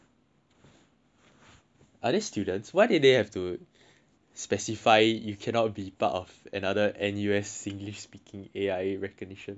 are they students why did they have to specify you can not be a part of another N_U_S singlish speaking A_I recognition program